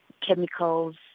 chemicals